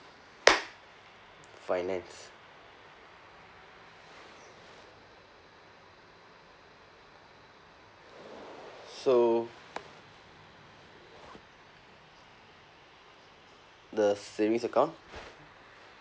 finance so the savings account